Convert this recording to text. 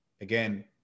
again